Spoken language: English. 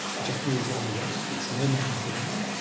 the japanese are on the way, it's no man's land,